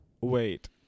Wait